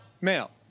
Male